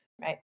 right